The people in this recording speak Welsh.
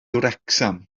wrecsam